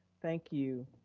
thank you.